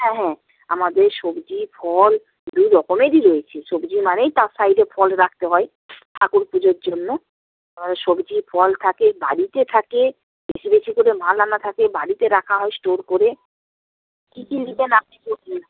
হ্যাঁ হ্যাঁ আমাদের সবজি ফল দুই রকমেরই রয়েছে সবজি মানেই তার সাইডে ফল রাখতে হয় ঠাকুর পুজোর জন্য এবারে সবজি ফল থাকে বাড়িতে থাকে বেশি বেশি করে মাল আনা থাকে বাড়িতে রাখা হয় স্টোর করে কী কী নেবেন আপনি বলুন না